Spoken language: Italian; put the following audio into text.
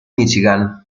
michigan